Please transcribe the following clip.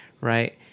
right